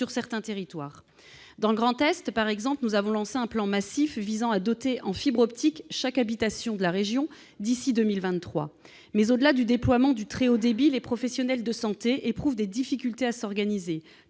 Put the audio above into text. certains territoires. Dans le Grand Est, par exemple, nous avons lancé un plan massif visant à doter de la fibre optique, d'ici à 2023, chaque habitation de la région. Au-delà du déploiement du très haut débit, les professionnels de santé éprouvent néanmoins des difficultés à s'organiser.